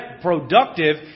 productive